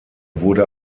wurde